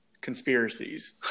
Conspiracies